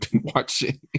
watching